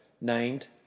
named